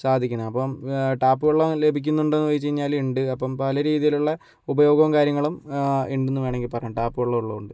സാധിക്കുന്നു അപ്പം ടാപ്പ് വെള്ളം ലഭിക്കുന്നുണ്ടോന്ന് ചോദിച്ച് കഴിഞ്ഞാല് ഉണ്ട് അപ്പം പല രീതിയിലുള്ള ഉപയോഗവും കാര്യങ്ങളും ഉണ്ടെന്ന് വേണമെങ്കിൽ പറയാം ടാപ്പ് വെള്ളമുള്ളത് കൊണ്ട്